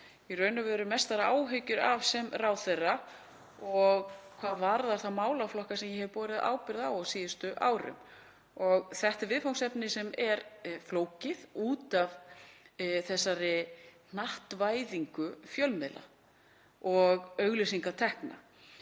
haft einna mestar áhyggjur af sem ráðherra hvað varðar þá málaflokka sem ég hef borið ábyrgð á á síðustu árum. Og þetta er viðfangsefni sem er flókið út af þessari hnattvæðingu fjölmiðla og auglýsingatekna.